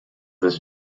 this